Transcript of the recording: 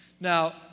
Now